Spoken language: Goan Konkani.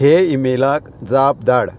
हे ईमेलाक जाप धाड